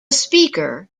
speaker